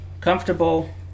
comfortable